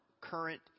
current